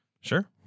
Sure